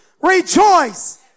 rejoice